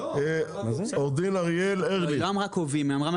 עו"ד אריאל ארליך.